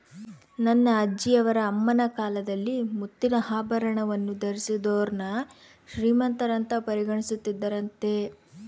ನನ್ನ ಅಜ್ಜಿಯವರ ಅಮ್ಮನ ಕಾಲದಲ್ಲಿ ಮುತ್ತಿನ ಆಭರಣವನ್ನು ಧರಿಸಿದೋರ್ನ ಶ್ರೀಮಂತರಂತ ಪರಿಗಣಿಸುತ್ತಿದ್ದರಂತೆ